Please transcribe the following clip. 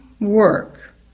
work